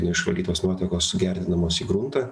neišvalytos nuotekos sugerdinamos į gruntą